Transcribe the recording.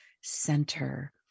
center